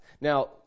Now